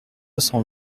cent